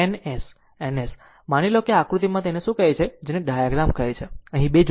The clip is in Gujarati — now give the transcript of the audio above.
માની લો કે તે આકૃતિમાં તેને શું કહે છે જેને આ ડાયાગ્રામ કહે છે અહીં 2 જોડી ધ્રુવો છે